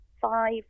five